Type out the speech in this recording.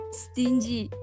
stingy